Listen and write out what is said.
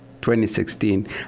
2016